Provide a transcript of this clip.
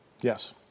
Yes